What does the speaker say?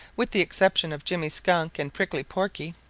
with the exception of jimmy skunk and prickly porky!